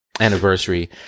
anniversary